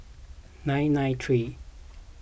nine nine three